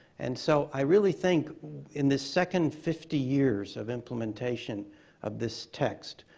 and so i really think in the second fifty years of implementation of this text,